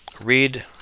read